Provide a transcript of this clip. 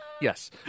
Yes